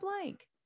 blank